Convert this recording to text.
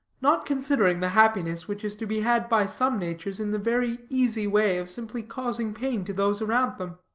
not considering the happiness which is to be had by some natures in the very easy way of simply causing pain to those around them.